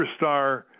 superstar